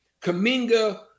Kaminga